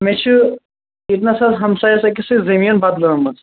مےٚ چُھ ییٚتہِ نس حظ ہمسایس أکس سۭتۍ زٔمیٖن بدلٲومٕژ